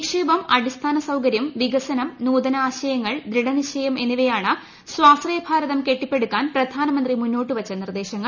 നിക്ഷേപം അടിസ്ഥാന സൌകര്യം വികസനം നൂതനാശയങ്ങൾ ദൃഢനിശ്ചയം എന്നിവയാണ് സ്വാശ്രയ ഭാരതം കെട്ടിപ്പടുക്കാൻ പ്രധാനമന്ത്രി മുന്നോട്ട് വച്ച നിർദ്ദേശങ്ങൾ